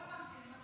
לא הבנתי.